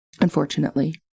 unfortunately